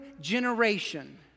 generation